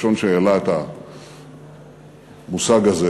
הראשון שהעלה את המושג הזה